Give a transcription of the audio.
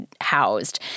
housed